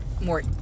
more